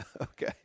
okay